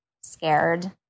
scared